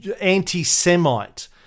anti-Semite